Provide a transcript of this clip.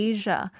Asia